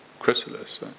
chrysalis